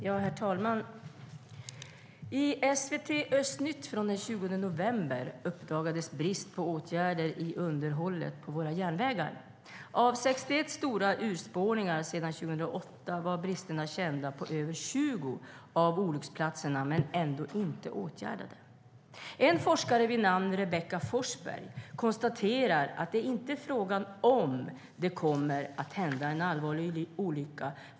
Herr talman! I SVT Östnytt den 20 november uppdagades en brist på åtgärder i underhållet av våra järnvägar. Av 61 stora urspårningar sedan 2008 var bristerna kända på över 20 av olycksplatserna men ändå inte åtgärdade. En forskare vid namn Rebecca Forsberg konstaterar att frågan inte är om det kommer att hända en allvarlig olycka.